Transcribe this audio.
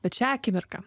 bet šią akimirką